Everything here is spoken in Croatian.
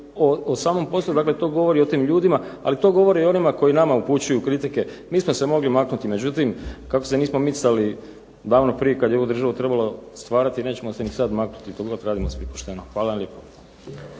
o samom poslu, dakle to govori o tim ljudima, ali to govori i o onima koji nama upućuju kritike mi smo se mogli maknuti, međutim kako se nismo micali davno prije kad je ovu državu trebalo stvarati, nećemo se ni sad maknuti dok god radimo svi pošteno. Hvala vam lijepo.